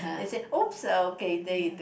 and say !oops! uh okay then he took